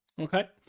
Okay